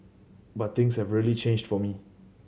but things have really changed for me